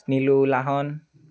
Nilu Lahon